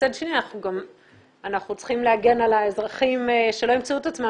ומצד שני אנחנו צריכים להגן על האזרחים שלא ימצאו את עצמם